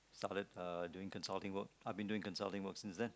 started doing consulting work I have been doing consulting work since then